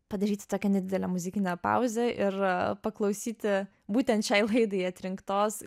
padaryti tokią nedidelę muzikinę pauzę ir paklausyti būtent šiai laidai atrinktos